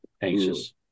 anxious